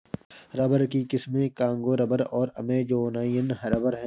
rubber की किस्में Congo rubber और अमेजोनियन रबर हैं